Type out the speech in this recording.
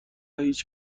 هیچ